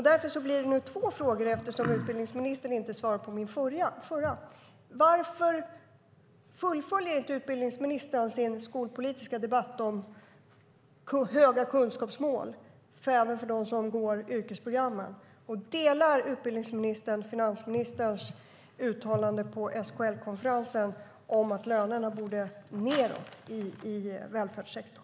Därför har jag två frågor, eftersom utbildningsministern inte svarade på min förra fråga. Varför fullföljer utbildningsministern inte sin skolpolitiska debatt om höga kunskapsmål även för dem som går yrkesprogrammen? Delar utbildningsministern finansministerns uttalande på SKL-konferensen att lönerna borde ned i välfärdssektorn?